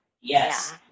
Yes